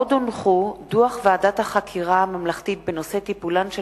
דוח ועדת החקירה הממלכתית בנושא טיפולן של